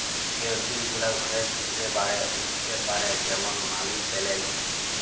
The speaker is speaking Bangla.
যে উদ্ভিদ গুলা ঘরের ভিতরে বাড়ে উঠ্তে পারে যেমল মালি পেলেলট